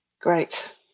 great